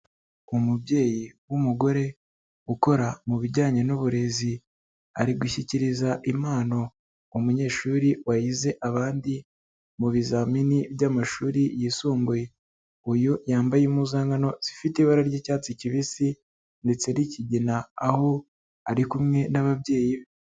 Umubyeyi w'umugore ukora mu bijyanye n'uburezi, ari gushyikiriza impano umunyeshuri wahize abandi mu bizamini by'amashuri yisumbuye, uyu yambaye impuzankano zifite ibara ry'icyatsi kibisi ndetse n'ikigina aho ari kumwe n'ababyeyi be.